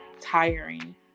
tiring